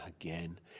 again